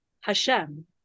Hashem